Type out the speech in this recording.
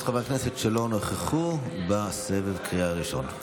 חברי הכנסת שלא נכחו בסבב הקריאה הראשון.